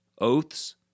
oaths